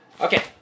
Okay